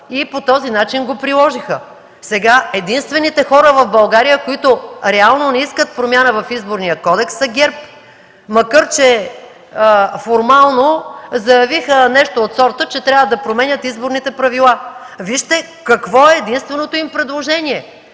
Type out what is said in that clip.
и по този начин го приложиха. Сега единствените хора в България, които реално не искат промяна в Изборния кодекс, са ГЕРБ. Макар че формално заявиха нещо от сорта, че трябва да променят изборните правила, вижте какво е единственото им предложение